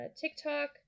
TikTok